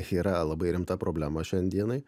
yra labai rimta problema šiandienai